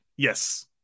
Yes